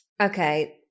Okay